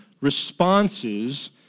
responses